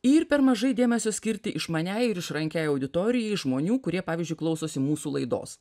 ir per mažai dėmesio skirti išmaniai ir išrankiai auditorijai žmonių kurie pavyzdžiui klausosi mūsų laidos